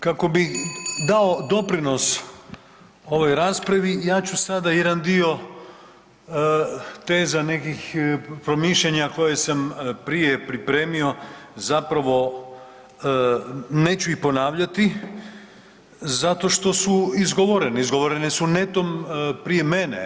Kako bi dao doprinos ovoj raspravi ja ću sada jedan dio teza nekih promišljanja koje sam prije pripremio zapravo neću ih ponavljati zato što su izgovoreni, izgovoreni su netom prije mene.